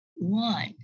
One